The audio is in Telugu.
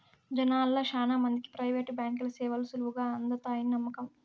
జనాల్ల శానా మందికి ప్రైవేటు బాంకీల సేవలు సులువుగా అందతాయని నమ్మకం